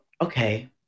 okay